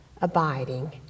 abiding